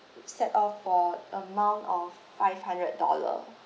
set off for amount of five hundred dollar